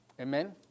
Amen